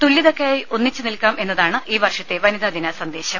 തുല്യതയ്ക്കായി ഒന്നിച്ചു നിൽക്കാം എന്നതാണ് ഈ വർഷത്തെ വനിതാദിന സന്ദേശം